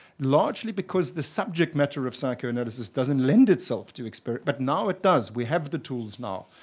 largely because the subject matter of psychoanalysis doesn't lend itself to exper but now it does, we have the tools now.